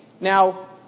Now